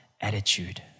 attitude